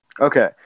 Okay